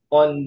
on